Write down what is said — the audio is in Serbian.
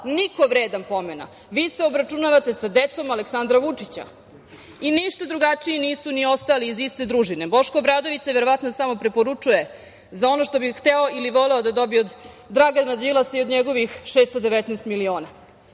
niko vredan pomena, vi se obračunavate sa decom Aleksandra Vučića i ništa drugačiji nisu ni ostali iz iste družine. Boško Obradović se verovatno samo preporučuje za ono što bi hteo ili voleo da dobije od Dragana Đilasa i od njegovih 619 miliona. Isto